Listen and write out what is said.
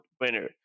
winner